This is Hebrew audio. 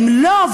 אם לא,